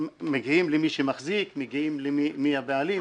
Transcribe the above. מגיעים למי שמחזיק, מגיעים למי הבעלים.